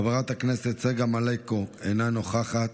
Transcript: חברת הכנסת צגה מלקו, אינה נוכחת.